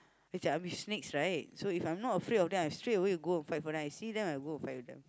which are snakes right so if I'm not afraid of them I straight away go and fight for them I see them I go and fight with them